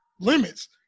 limits